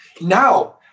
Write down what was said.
now